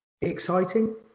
exciting